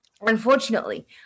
Unfortunately